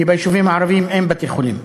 כי ביישובים הערביים אין בתי-חולים.